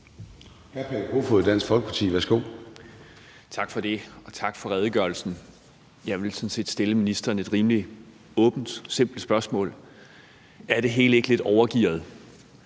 Hr. Peter Kofod, Dansk Folkeparti. Værsgo. Kl. 11:09 Peter Kofod (DF): Tak for det, og tak for redegørelsen. Jeg vil sådan set stille ministeren et rimelig åbent og simpelt spørgsmål: Er det hele ikke lidt overgearet?